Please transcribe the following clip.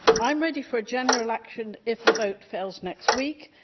i'm ready for a general election if the vote fails next week,